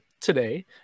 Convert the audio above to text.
today